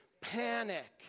panic